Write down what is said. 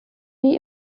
wie